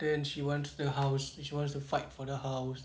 then she wants the house she wants to fight for the house